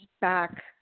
back